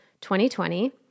2020